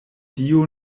dio